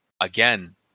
again